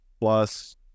plus